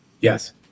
yes